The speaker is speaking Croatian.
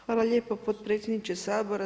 Hvala lijepo potpredsjedniče Sabora.